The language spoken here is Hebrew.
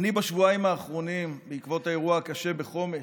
בשבועיים האחרונים, בעקבות האירוע הקשה בחומש,